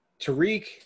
Tariq